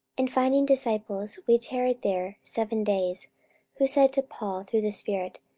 and finding disciples, we tarried there seven days who said to paul through the spirit,